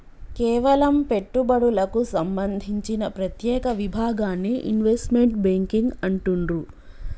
కేవలం పెట్టుబడులకు సంబంధించిన ప్రత్యేక విభాగాన్ని ఇన్వెస్ట్మెంట్ బ్యేంకింగ్ అంటుండ్రు